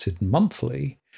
monthly